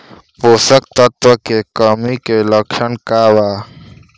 पोषक तत्व के कमी के लक्षण का वा?